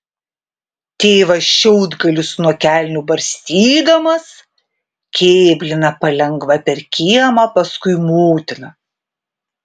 tėvas šiaudgalius nuo kelnių barstydamas kėblina palengva per kiemą paskui motiną